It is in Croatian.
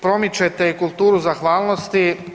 Promičete i kulturu zahvalnosti.